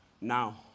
Now